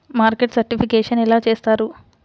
Market certification ఎలా చేస్తారు?